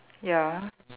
ya